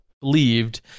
believed